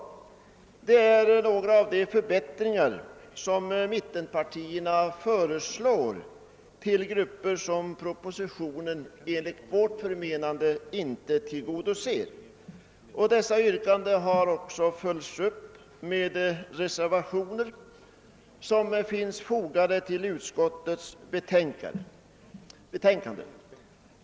Detta är några av de förbättringar som mittenpartierna föreslår för grupper som propositionen enligt vårt förmenande inte tillgodoser. Dessa yrkanden har följts upp med reservationer som finns fogade till utskottets betänkande.